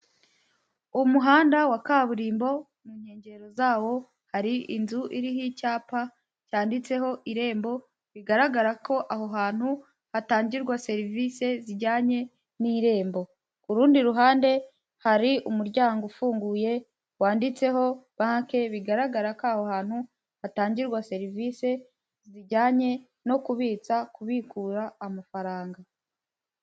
Umuhanda wa kaburimbo mu nkengero zawo hari inzu iriho icyapa cyanditseho irembo bigaragara ko aho hantu hatangirwa serivisi zijyanye n'irembo. Ku rundi ruhande hari umuryango ufunguye wanditseho banki bigaragara ko aho hantu hatangirwa serivisi zijyanye no kubitsa, kubikura amafaranga.